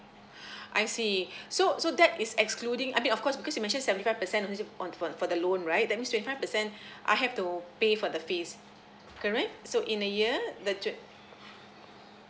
I see so so that is excluding I mean of course because you mentioned seventy five percent you said on for for the loan right that means twenty five percent I have to pay for the fees correct so in a year that you